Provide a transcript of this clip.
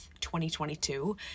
2022